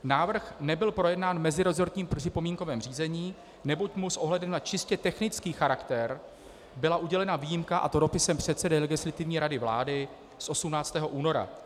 Návrh nebyl projednán v meziresortním připomínkovém řízení, neboť mu s ohledem na čistě technický charakter byla udělena výjimka, a to dopisem předsedy Legislativní rady vlády z 18. února.